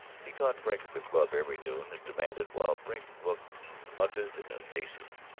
he caught frink at the club every noon, and demanded, while frink looked hunted and evasive,